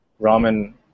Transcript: ramen